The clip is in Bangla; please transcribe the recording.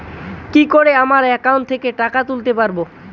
কি করে আমার একাউন্ট থেকে টাকা তুলতে পারব?